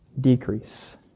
decrease